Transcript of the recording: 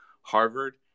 Harvard